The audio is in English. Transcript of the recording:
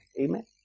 Amen